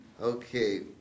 Okay